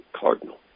cardinal